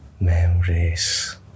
Memories